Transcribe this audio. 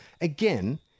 Again